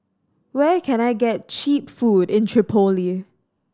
where can I get cheap food in Tripoli